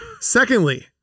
secondly